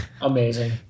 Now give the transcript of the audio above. Amazing